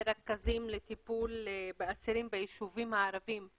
רכזים לטיפול באסירים ביישובים הערביים,